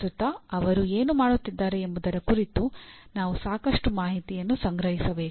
ಪ್ರಸ್ತುತ ಅವರು ಏನು ಮಾಡುತ್ತಿದ್ದಾರೆ ಎಂಬುದರ ಕುರಿತು ನಾವು ಸಾಕಷ್ಟು ಮಾಹಿತಿಯನ್ನು ಸಂಗ್ರಹಿಸಬೇಕು